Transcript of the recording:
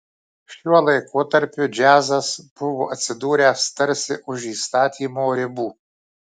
šiuo laikotarpiu džiazas buvo atsidūręs tarsi už įstatymo ribų